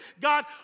God